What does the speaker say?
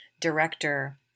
director